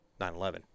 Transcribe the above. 9/11